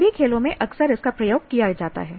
सभी खेलों में अक्सर इसका उपयोग किया जाता है